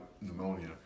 pneumonia